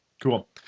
Cool